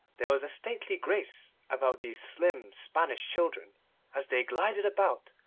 there was a stately grace about these slim spanish children as they glided about,